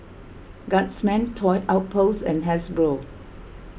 Guardsman Toy Outpost and Hasbro